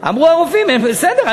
אמרו הרופאים: בסדר,